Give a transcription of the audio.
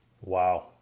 wow